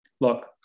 Look